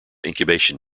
incubation